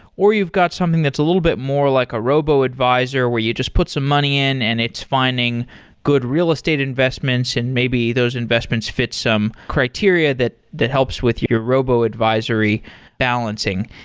or you've got something that's a little bit more like a robo-advisor where you just put some money in and it's finding good real estate investments and maybe those investments fit some criteria that that helps with your robo advisory balancing,